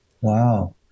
Wow